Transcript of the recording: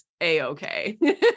a-okay